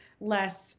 less